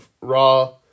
Raw